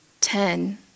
ten